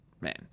man